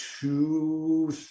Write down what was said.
two